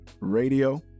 radio